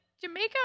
Jamaica